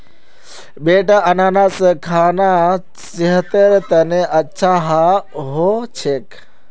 बेटा अनन्नास खाना सेहतेर तने अच्छा हो छेक